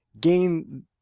gain